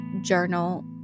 journal